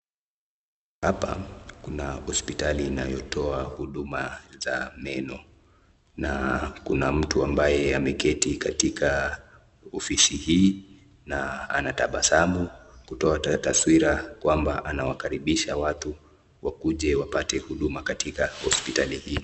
Hapa kuna hospitali inayotoa huduma za meno na kuna mtu ambaye ameketi katika ofisi hii na anatabasamu kutoa taswira kwamba anawakaribisha watu wakuje wapate huduma katika hospitali hii.